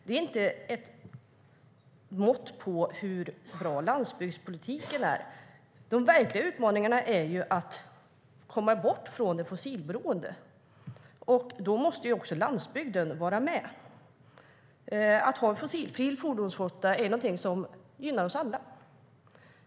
Det är inte ett mått på hur bra landsbygdspolitiken är. Den verkliga utmaningen är att komma bort från fossilberoendet. Då måste också landsbygden vara med. Att ha en fossilfri fordonsflotta är någonting som gynnar oss alla.